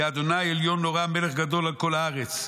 כי ה' עליון נורא מלך גדול על כל הארץ.